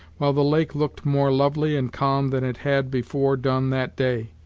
while the lake looked more lovely and calm than it had before done that day.